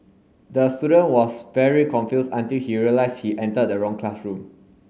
the student was very confused until he realized he entered the wrong classroom